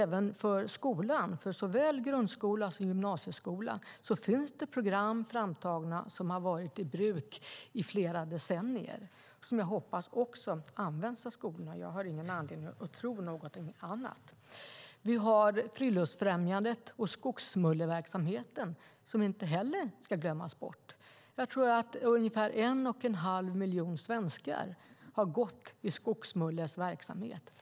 Även för skolan, såväl grundskola som gymnasieskola, finns det program framtagna som har varit i bruk i flera decennier. Jag hoppas att de också används av skolorna, och jag har ingen anledning att tro någonting annat. Vi har Friluftsfrämjandet och Skogsmulleverksamheten, som inte heller ska glömmas bort. Ungefär en och en halv miljon svenskar har gått i Skogsmulles verksamhet.